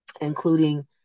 including